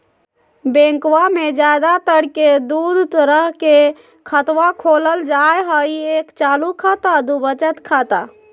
बैंकवा मे ज्यादा तर के दूध तरह के खातवा खोलल जाय हई एक चालू खाता दू वचत खाता